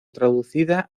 traducida